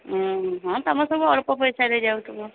ହୁଁ ହଁ ତମର ସବୁ ଅଳ୍ପ ପଇସାରେ ଯାଉଥିବ